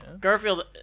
Garfield